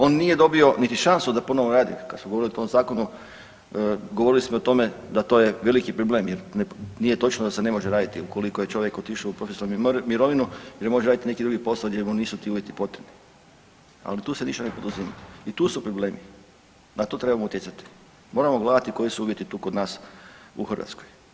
On nije dobio niti šansu da ponovo radi, kad smo govorili o tom zakonu govorili smo o tome da to je veliki problem jer nije točno da se ne može raditi jel ukoliko je čovjek otišao u profesionalnu mirovinu jer može raditi neki drugi posao gdje mu nisu ti uvjeti potrebni, ali tu se ništa ne poduzima i tu su problemi, na to trebamo utjecati, moramo gledati koji su uvjeti tu kod nas u Hrvatskoj.